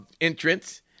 entrance